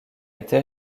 été